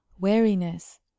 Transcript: Wariness